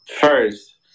first